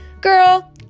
Girl